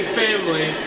family